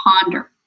ponder